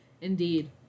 Indeed